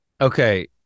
Okay